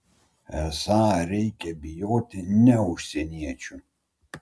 esą reikia bijoti ne užsieniečių